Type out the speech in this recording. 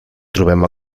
trobem